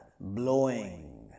blowing